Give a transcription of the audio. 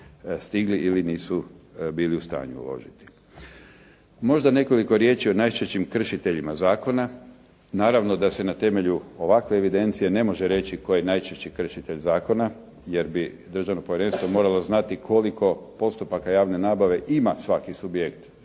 stigli ili nisu bili u stanju uložiti. Možda nekoliko riječi o najčešćim kršiteljima zakona. Naravno da se na temelju ovakve evidencije ne može reći tko je najčešći kršitelj zakona jer bi državno povjerenstvo moralo znati koliko postupaka javne nabave ima svaki subjekt